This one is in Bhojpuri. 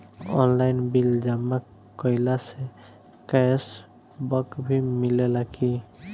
आनलाइन बिल जमा कईला से कैश बक भी मिलेला की?